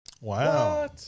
Wow